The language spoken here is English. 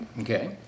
Okay